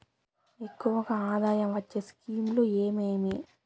ఎక్కువగా ఆదాయం వచ్చే స్కీమ్ లు ఏమేమీ?